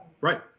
Right